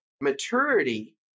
maturity